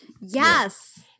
Yes